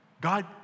God